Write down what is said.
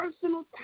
personal